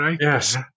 Yes